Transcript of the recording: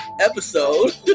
episode